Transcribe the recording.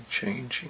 changing